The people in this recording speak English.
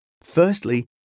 Firstly